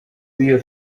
b’iyo